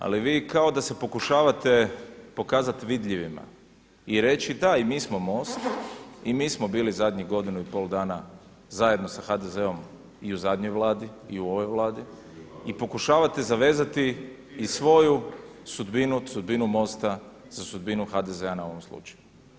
Ali vi kao da se pokušavate pokazati vidljivima i reći da i mi smo MOST i mi smo bili zadnjih godinu i pol dana zajedno sa HDZ-om i u zadnjoj Vladi i u ovoj Vladi i pokušavate zavezati i svoju sudbinu, sudbinu MOST-a za sudbinu HDZ-a na ovom slučaju.